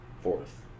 Fourth